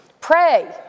Pray